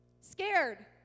Scared